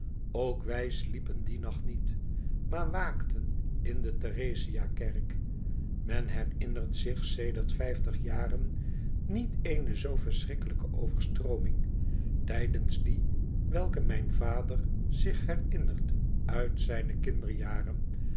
ook wij sliepen dien nacht niet maar waakten in de herezia erk men herinnert zich sedert vijftig jaren niet eene zoo verschrikkelijke overstrooming tijdens die welke mijn vader zich herinnert uit zijne kinderjaren